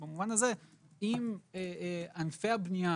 אם ענפי הבנייה